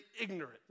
ignorant